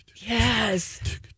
Yes